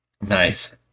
nice